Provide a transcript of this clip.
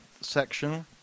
section